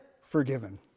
forgiven